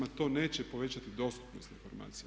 To neće povećati dostupnost informacijama.